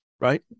Right